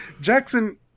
Jackson